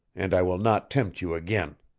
and i will not tempt you again.